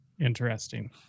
Interesting